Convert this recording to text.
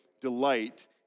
delight